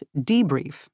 debrief